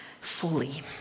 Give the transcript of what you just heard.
fully